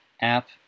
app